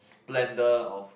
splendor of